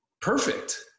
perfect